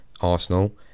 Arsenal